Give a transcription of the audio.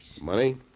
money